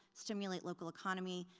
stimulate local economy,